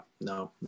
no